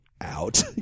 out